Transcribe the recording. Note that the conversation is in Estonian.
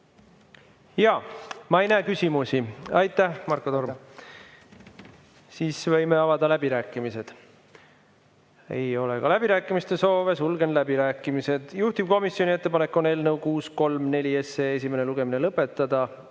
Ma ei näe küsimusi. Aitäh, Marko Torm! Võime avada läbirääkimised. Ei ole ka läbirääkimiste soove, sulgen läbirääkimised. Juhtivkomisjoni ettepanek on eelnõu 634 esimene lugemine lõpetada.